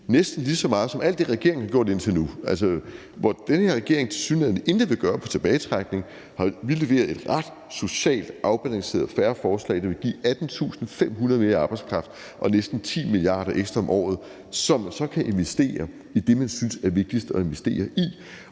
næsten lige så meget som alt det, regeringen har gjort indtil nu. Hvor den her regering tilsyneladende intet vil gøre på tilbagetrækningsområdet, har vi leveret et ret socialt, afbalanceret og fair forslag, der vil give 18.500 mere i arbejdskraft og næsten 10 mia. kr. ekstra om året, som man så kan investere i det, man synes er vigtigst at investere i.